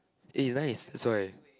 eh he's nice that's why